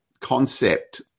concept